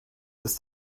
ist